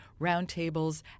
roundtables